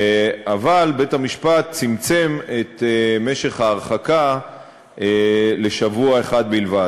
אבל בית-המשפט צמצם את משך ההרחקה לשבוע אחד בלבד.